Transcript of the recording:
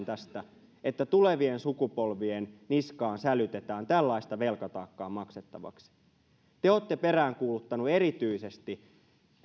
tästä että tulevien sukupolvien niskaan sälytetään tällaista velkataakkaa maksettavaksi kun te olette peräänkuuluttaneet erityisesti